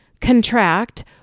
Contract